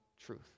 truth